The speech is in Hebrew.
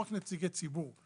לא רק נציגי ציבור.